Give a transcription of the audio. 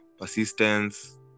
persistence